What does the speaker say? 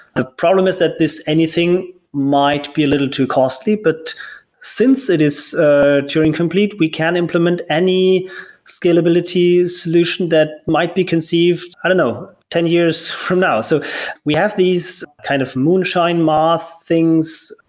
the problem is that this anything might be a little too costly, but since it is ah turing complete, we can implement any scalability solution that might be conceived i don't know, ten years from now. so we have these kind of moonshine map things.